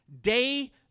day